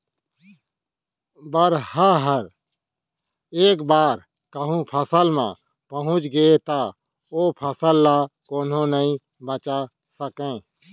बरहा ह एक बार कहूँ फसल म पहुंच गे त ओ फसल ल कोनो नइ बचा सकय